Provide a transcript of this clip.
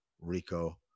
Rico